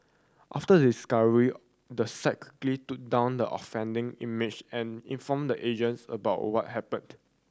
after the discovery the site quickly took down the offending image and informed the agence about what happened